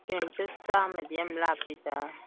kilometre ꯆꯥꯃꯗꯤ ꯌꯥꯝ ꯂꯥꯄꯄꯤꯗ